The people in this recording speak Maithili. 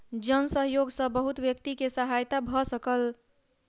जन सहयोग सॅ बहुत व्यक्ति के सहायता भ सकल